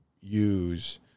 use